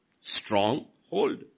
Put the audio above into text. Stronghold